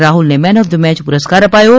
રાફલને man of the match પુરસ્કાર અપાયો છે